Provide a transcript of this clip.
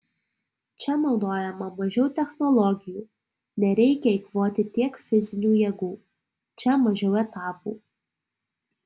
čia naudojama mažiau technologijų nereikia eikvoti tiek fizinių jėgų čia mažiau etapų